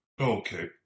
Okay